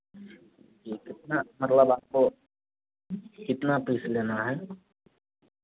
ये कितना मतलब आपको कितना पीस लेना है